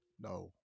No